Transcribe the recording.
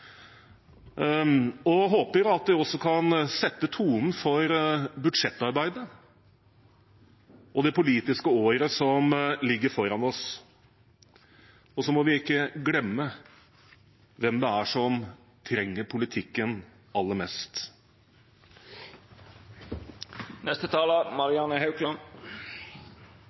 og håper at det også kan sette tonen for budsjettarbeidet og det politiske året som ligger foran oss. Vi må ikke glemme hvem det er som trenger politikken aller